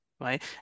right